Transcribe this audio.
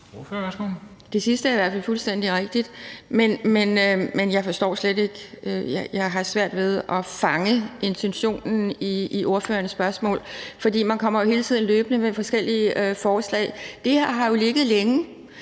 Det sidste er i hvert fald fuldstændig rigtigt, men jeg har svært ved at fange intentionen i ordførerens spørgsmålet. For man kommer jo hele tiden med forskellige forslag. Det her har ligget længe.